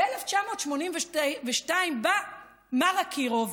ב-1982 בא מר אקירוב,